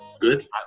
good